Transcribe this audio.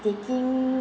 taking